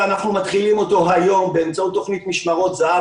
ואנחנו מתחילים אותו היום באמצעות תוכנית "משמרות זהב",